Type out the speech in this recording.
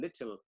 little